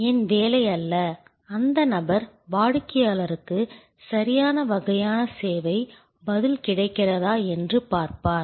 என் வேலை அல்ல அந்த நபர் வாடிக்கையாளருக்கு சரியான வகையான சேவை பதில் கிடைக்கிறதா என்று பார்ப்பார்